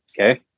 Okay